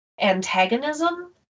antagonism